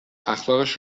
اخلاقش